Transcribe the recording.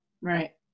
right